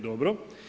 Dobro.